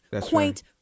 quaint